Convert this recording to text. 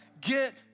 Get